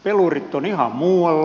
pelurit ovat ihan muualla